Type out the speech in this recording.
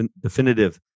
definitive